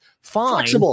fine